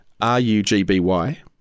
R-U-G-B-Y